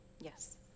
Yes